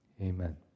Amen